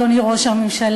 אדוני ראש הממשלה,